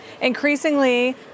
increasingly